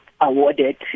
awarded